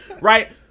right